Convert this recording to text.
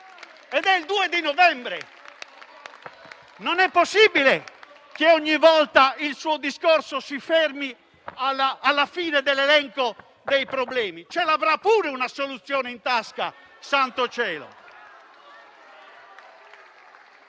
ed è il 2 novembre. Non è possibile che ogni volta il suo discorso si fermi alla fine dell'elenco dei problemi: ce l'avrà pure una soluzione in tasca, santo cielo!